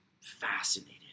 fascinated